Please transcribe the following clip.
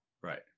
right